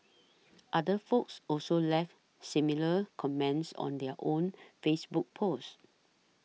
other folks also left similar comments on their own Facebook post